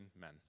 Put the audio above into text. men